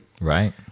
right